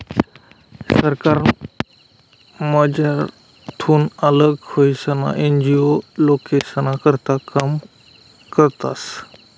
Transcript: सरकारमझारथून आल्लग व्हयीसन एन.जी.ओ लोकेस्ना करता काम करतस